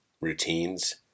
routines